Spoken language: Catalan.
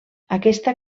aquesta